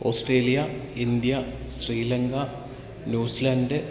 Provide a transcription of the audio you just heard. Australia India Sri Lanka New Zealand